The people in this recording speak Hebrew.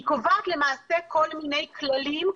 היא קובעת למעשה כל מיני כללים,